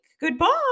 Goodbye